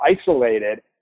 isolated